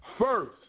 First